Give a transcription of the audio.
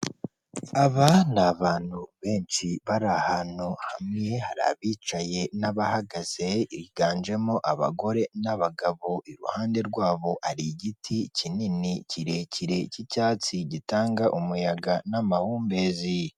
Aba ni abantu benshi bari ahantu hamwe, hari abicaye n'abahagaze, higanjemo abagore n'abagabo. Iruhande rwabo hari igiti kinini, kirekire cy'icyatsi gitanga umuyaga n'amahumbezi.